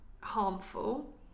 harmful